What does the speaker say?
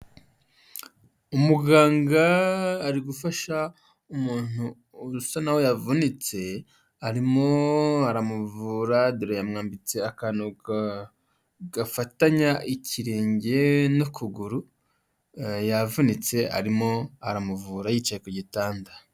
Umuganga ari gufasha umuntu usa naho yavunitse, arimo aramuvura dore yamwambitse akantu gafatanya ikirenge n'ukuguru, yavunitse arimo aramuvura yicaye ku gitanda.